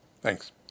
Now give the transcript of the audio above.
Thanks